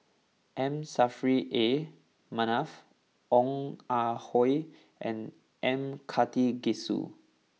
M Saffri A Manaf Ong Ah Hoi and M Karthigesu